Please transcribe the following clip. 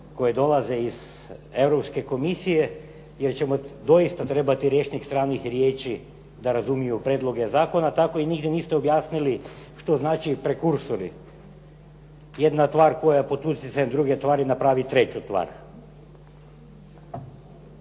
koje dolaze iz Europske komisije jer ćemo doista trebati rječnik stranih riječi da razumiju prijedloge zakona. Tako i nigdje niste objasnili što znači …/Govornik se ne razumije./… jedna tvar koja pod utjecajem druge tvari napravi treću tvar.